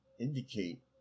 indicate